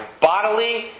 bodily